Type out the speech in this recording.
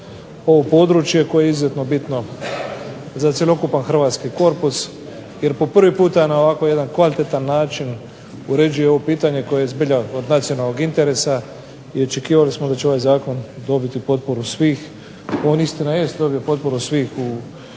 ovo područje koje je izuzetno bitno za cjelokupan Hrvatski korpus, jer po prvi puta na ovako kvalitetan način uređuje ovo pitanje koje je od interesa i očekivali smo da će ovaj Zakon dobiti potporu svih, on istina je dobio potporu svih u Hrvatskom